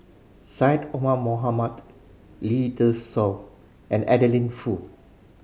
Syed Omar Mohamed Lee Dai Soh and Adeline Foo